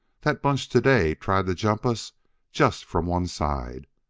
that bunch today tried to jump us just from one side,